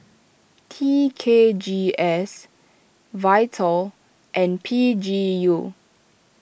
T K G S Vital and P G U